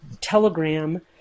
telegram